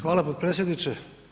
Hvala potpredsjedniče.